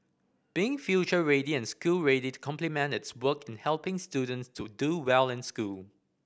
being future ready and school ready to complement its work in helping students to do well in school